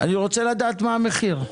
אני רוצה לדעת מה המחיר.